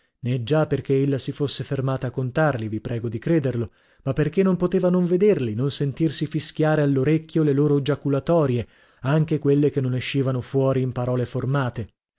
nè già perchè ella si fosse fermata a contarli vi prego di crederlo ma perchè non poteva non vederli non sentirsi fischiare all'orecchio le loro giaculatorie anche quelle che non escivano fuori in parole formate